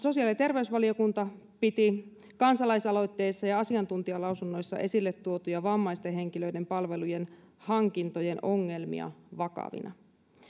sosiaali ja terveysvaliokunta piti kansalaisaloitteessa ja asiantuntijalausunnoissa esille tuotuja vammaisten henkilöiden palvelujen hankintojen ongelmia vakavina